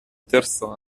terzo